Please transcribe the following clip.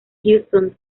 houston